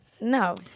No